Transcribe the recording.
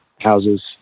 houses